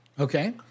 Okay